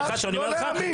סליחה שאני אומר לך,